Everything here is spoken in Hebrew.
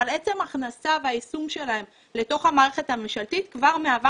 אבל עצם ההכנסה והיישום שלהן לתוך המערכת הממשלתית כבר מהווה